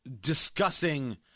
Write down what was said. discussing